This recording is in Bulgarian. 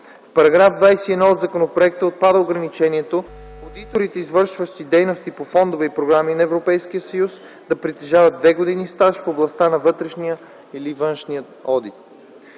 В § 21 от законопроекта отпада ограничението одиторите, извършващи дейност по фондове и програми на ЕС, да притежават две години стаж в областта на вътрешния или външния одит.